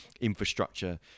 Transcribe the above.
infrastructure